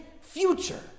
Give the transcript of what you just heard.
future